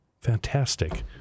Fantastic